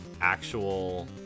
actual